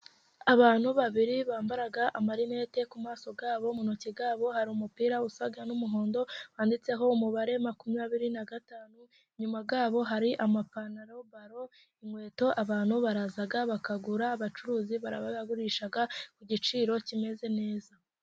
Abantu babiri bambara amarinete ku maso yabo, mu ntoki zabo hari umupira usa n'umuhondo wanditseho umubare makumyabiri na gatanu, inyuma yabo hari amapantaro, baro, inkweto, abantu baraza bakagura, abacuruzi barabagurisha ku giciro kimeze neza.